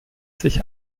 sich